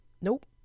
nope